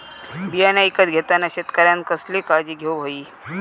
बियाणा ईकत घेताना शेतकऱ्यानं कसली काळजी घेऊक होई?